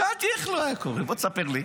שאלתי: איך לא היה קורה, בוא, תספר לי.